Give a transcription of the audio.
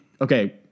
okay